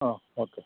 ആ ഓക്കെ